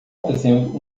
fazendo